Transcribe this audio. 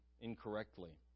incorrectly